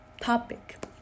topic